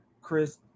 Chris